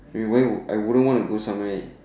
eh where I would not want to go somewhere